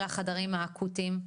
על החדרים האקוטיים.